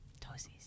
Toesies